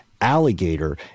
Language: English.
alligator